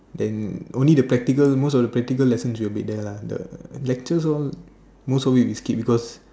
the only the practical most of the practical lesson we will be there lah the lectures all most of it we skip because